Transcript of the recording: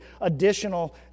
additional